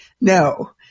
No